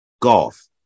golf